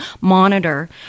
monitor